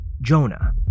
Jonah